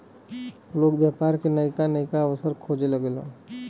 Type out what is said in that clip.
लोग व्यापार के नइका नइका अवसर खोजे लगेलन